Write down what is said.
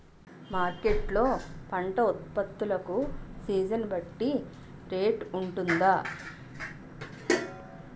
Market లొ పంట ఉత్పత్తి లకు సీజన్ బట్టి రేట్ వుంటుందా?